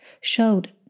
showed